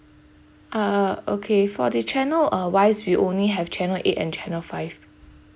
uh okay for the channel uh wise we only have channel eight and channel five